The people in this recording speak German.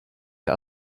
ihr